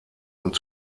und